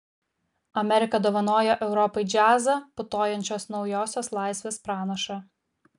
amerika dovanoja europai džiazą putojančios naujosios laisvės pranašą